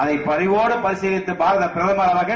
அதை பரிவோடு பரிசீலித்த பாரத பிரதமர் அவர்கள்